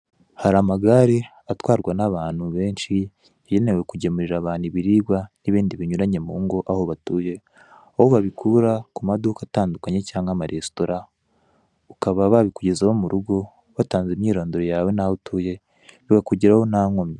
Hari amagare atwarwa n'abantu benshi yagenewe kugemurira abantu ibiribwa n'ibindi binyuranye mu ngo aho batuye. Aho babikura ku maduka atandukanye cyangwa amaresitora, bakaba babikugezaho mu rugo watanze imyirondoro yawe n'aho utuye, bikakugeraho nta nkomyi.